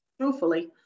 Truthfully